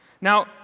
Now